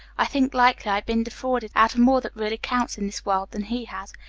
i think likely i been defrauded out of more that really counts in this world, than he has.